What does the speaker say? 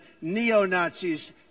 neo-Nazis